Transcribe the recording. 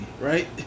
right